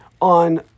On